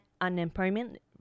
unemployment